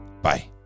Bye